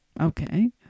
Okay